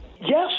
Yes